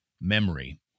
memory